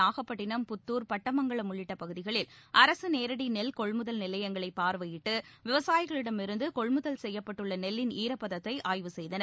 நாகப்பட்டினம் புத்தூர் பட்டமங்களம் உள்ளிட்ட பகுதிகளில் அரசு நேரடி நெல் கொள்முதல் நிலையங்களை பார்வையிட்டு விவசாயிகளிடம் இருந்து கொள்முதல் செய்யப்பட்டுள்ள நெல்லின் ஈரப்பதத்தை ஆய்வு செய்தனர்